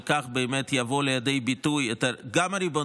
בכך באמת יבואו לידי ביטוי גם הריבונות